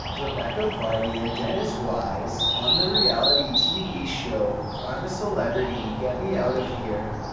rebekah vardy and dennis wise, on the reality tv show, i'm a celebrity. get me out of here.